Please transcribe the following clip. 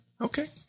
Okay